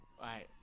right